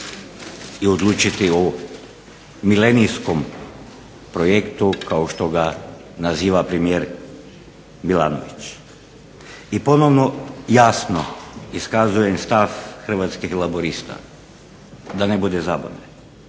i odlučiti o milenijskom projektu kao što ga naziva premijer Milanović. I ponovno jasno iskazujem stav Hrvatskih laburista da ne bude zabune.